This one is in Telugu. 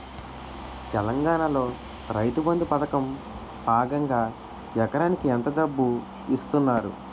తెలంగాణలో రైతుబంధు పథకం భాగంగా ఎకరానికి ఎంత డబ్బు ఇస్తున్నారు?